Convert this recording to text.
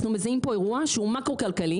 אנחנו מזהים כאן אירוע שהוא מקרו כלכלי,